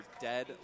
dead